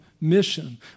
mission